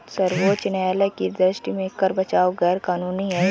सर्वोच्च न्यायालय की दृष्टि में कर बचाव गैर कानूनी है